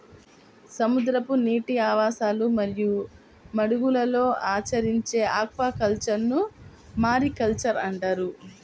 సముద్రపు నీటి ఆవాసాలు మరియు మడుగులలో ఆచరించే ఆక్వాకల్చర్ను మారికల్చర్ అంటారు